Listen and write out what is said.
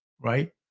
right